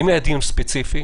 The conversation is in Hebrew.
האם היה דיון ספציפי,